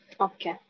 Okay